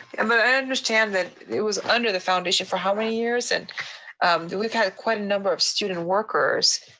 i mean i understand that it was under the foundation for how many years? and we've had quite a number of student workers